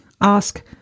ask